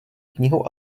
knihu